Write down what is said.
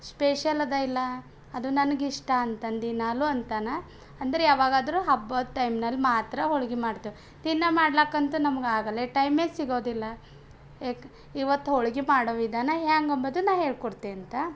special ಅದ ಇಲ್ಲ ಅದು ನನಗೆ ಇಷ್ಟ ಅಂತ ಅಂದು ದಿನಾಲೂ ಅಂತಾನ ಅಂದರೆ ಯಾವಾಗಾದ್ರೂ ಹಬ್ಬದ ಟೈಮ್ನಲ್ಲಿ ಮಾತ್ರ ಹೋಳಿಗೆ ಮಾಡ್ತೇವೆ ದಿನಾ ಮಾಡ್ಲಿಕ್ಕೆ ಅಂತು ನಮಗೆ ಆಗಲ್ಲ ಟೈಮೇ ಸಿಗೋದಿಲ್ಲ ಯಾಕೆ ಇವತ್ತು ಹೋಳಿಗೆ ಮಾಡುವ ವಿಧಾನ ಹ್ಯಾಂಗೆ ಅಂಬೋದನ್ನ ನಾ ಹೇಳಿಕೊಡ್ತೀನಿ ಆಯ್ತಾ